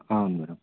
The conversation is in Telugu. అవును మేడమ్